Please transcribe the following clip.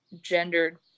gendered